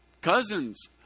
Cousins